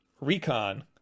Recon